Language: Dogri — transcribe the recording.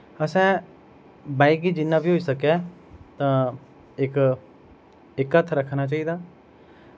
असैं बाईक गी जिन्ना बी होई सकै तां इक इक हत्थ रक्खना चाहिदा